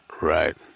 right